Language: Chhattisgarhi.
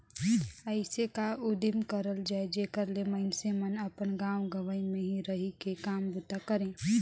अइसे का उदिम करल जाए जेकर ले मइनसे मन अपन गाँव गंवई में ही रहि के काम बूता करें